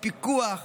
פיקוח,